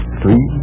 three